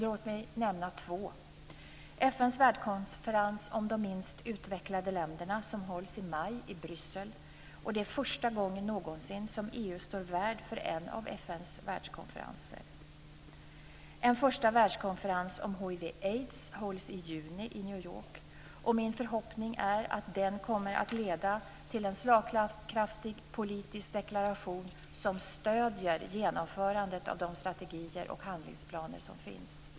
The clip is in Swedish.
Låt mig nämna två: · FN:s världskonferens om de minst utvecklade länderna, som hålls i maj i Bryssel. Det är första gången någonsin som EU står värd för en av FN:s världskonferenser. · En första världskonferens om hiv/aids hålls i juni i New York. Min förhoppning är att den kommer att leda till en slagkraftig politisk deklaration som stöder genomförandet av de strategier och handlingsplaner som finns.